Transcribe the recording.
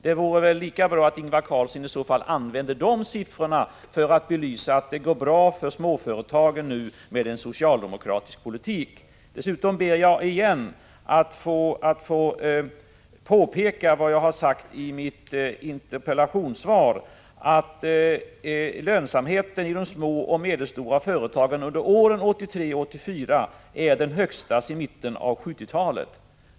Det vore lika bra att Ingvar Karlsson i Bengtsfors använde de siffrorna för att belysa att det går bra för småföretagen nu med en socialdemokratisk politik. Dessutom ber jag att få upprepa vad jag sade i mitt svar — att lönsamheten i de små och medelstora företagen under åren 1983 och 1984 är den högsta sedan mitten av 1970-talet.